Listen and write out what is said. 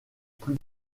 plus